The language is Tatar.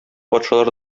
патшалар